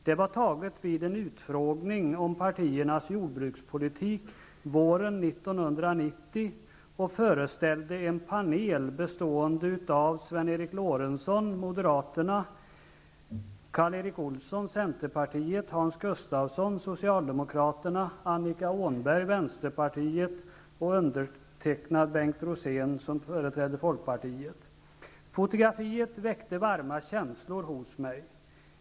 Det var taget vid en utfrågning om partiernas jordbrukspolitik våren Vänsterpartiet och av mig, Bengt Rosén, som företrädare för Folkpartiet. Fotografiet väckte varma känslor hos mig.